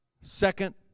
second